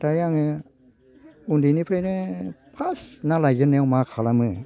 नाथाय आङो उन्दैनिफ्रायनो फार्स्त ना लायजेननायाव मा खालामो